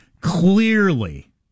Clearly